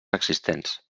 existents